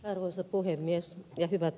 kuusiston ja ed